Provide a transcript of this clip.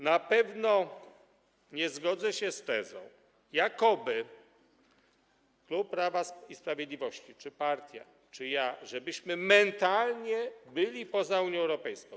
Na pewno nie zgodzę się z tezą, jakoby klub Prawa i Sprawiedliwości, partia czy ja, mentalnie był poza Unią Europejską.